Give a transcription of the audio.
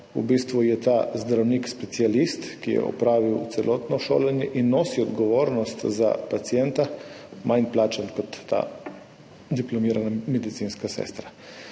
v bistvu ta zdravnik specialist, ki je opravil celotno šolanje in nosi odgovornost za pacienta, manj plačan kot ta diplomirana medicinska sestra.